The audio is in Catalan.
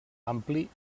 ampli